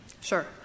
Sure